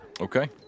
Okay